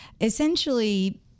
Essentially